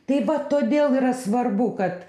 tai va todėl yra svarbu kad